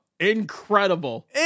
incredible